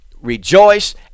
rejoice